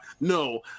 No